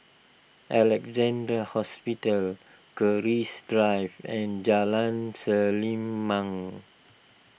Alexandra Hospital Keris Drive and Jalan Selimang